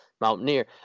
Mountaineer